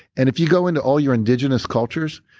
and if you go into all your indigenous cultures,